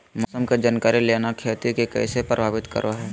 मौसम के जानकारी लेना खेती के कैसे प्रभावित करो है?